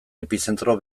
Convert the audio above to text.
epizentro